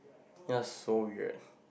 you are so weird